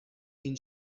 این